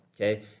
okay